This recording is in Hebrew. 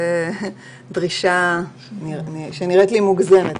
זו דרישה שנראית לי מוגזמת.